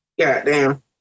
Goddamn